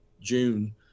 june